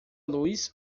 luz